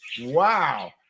wow